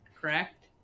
correct